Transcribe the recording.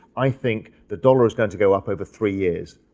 i think the dollar is going to go up over three years,